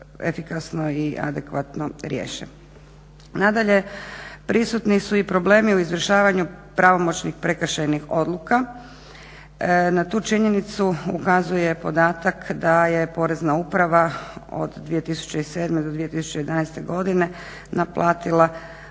i adekvatno riješe. Nadalje, prisutni su i problemi u izvršavanju pravomoćnih prekršajnih odluka. Na tu činjenicu ukazuje podatak da je Porezna uprava od 2007. do 2011. godine naplatila